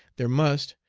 there must,